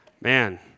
Man